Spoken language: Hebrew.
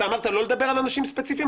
אתה אמרת לא לדבר על אנשים ספציפיים?